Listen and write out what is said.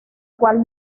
cual